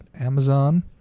Amazon